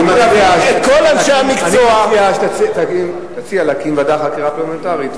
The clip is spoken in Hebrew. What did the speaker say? אני מציע שתציע להקים ועדת חקירה פרלמנטרית,